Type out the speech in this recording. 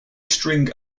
string